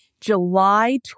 July